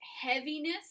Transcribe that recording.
heaviness